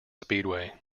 speedway